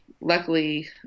luckily